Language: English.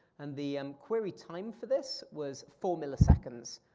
and the um query time for this was four milliseconds,